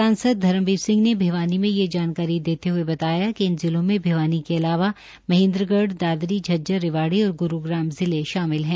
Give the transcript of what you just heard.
सांसद धर्मबीर ने भिवानी में ये जानकारी देते हये बताया कि इन जिलों में भिवानी के अलावा महेन्द्रगढ़ दादरी झज्जर रेवाड़ी और ग्रूग्राम जिलें शामिल है